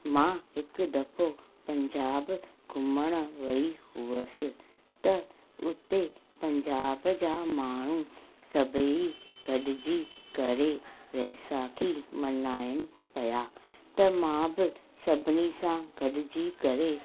मां हिकु दफ़ो पंजाब घुमण वई हुअसि त उते पंजाब जा माण्हू सभेई गॾिजी करे वैसाखी मल्हाइनि पिया त मां बि सभिनी सां गॾिजी करे